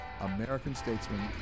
American-Statesman